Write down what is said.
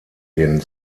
den